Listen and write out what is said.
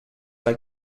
like